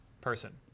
Person